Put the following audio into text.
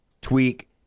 tweak